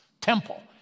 temple